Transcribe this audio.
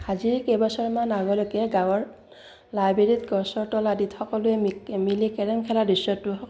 আজিৰ কেইবছৰমান আগলৈকে গাঁৱৰ লাইবেৰীত গছৰ তল আদিত সকলোৱে মিলি কেৰেম খেলা দৃশ্যটো